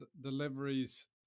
deliveries